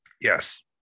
Yes